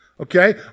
Okay